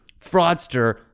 fraudster